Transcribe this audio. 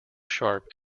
sharp